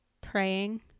praying